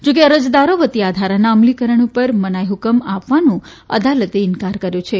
જોકે અરજદારો વતી આ ધારાના અમલીકરણ ઉપર મનાઈ હુકમ આપવાનો અદાલતે ઈન્કાર કર્યો છે